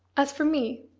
as for me,